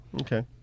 okay